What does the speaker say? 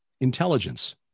intelligence